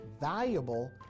valuable